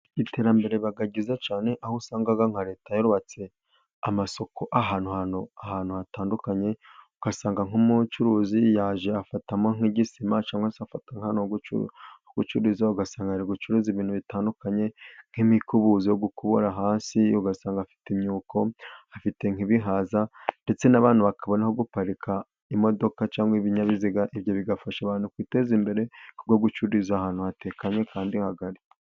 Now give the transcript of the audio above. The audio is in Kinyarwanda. Iterambere riba ryiza cyane ,aho usanga nka leta yarubatse amasoko ahantu hatandukanye ,ugasanga nk'umucuruzi yaje afatamo nk'igisima cyangwa se agafata ahantu ho gucururiza, ugasanga ari gucuruza ibintu bitandukanye ,nk'imikubuzo yo gukura hasi, ugasanga afite imyuko, afite nk'ibihaza ,ndetse n'abantu bakabona aho guparika imodoka ,cyangwa ibinyabiziga ,ibyo bigafasha abantu kwiteza imbere ku bwo gucururiza ahantu hatekanye kandi hagari.